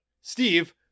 Steve